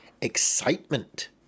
excitement